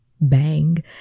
bang